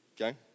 okay